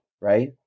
right